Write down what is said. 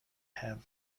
have